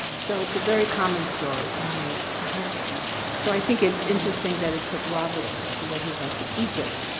so it's a very common story, right, it's a heartbreaking story. so i think it's interesting that it took robert to when he went to egypt,